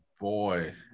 boy